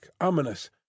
ominous